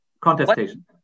Contestation